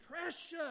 precious